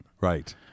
Right